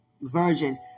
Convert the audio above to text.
Version